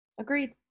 Agreed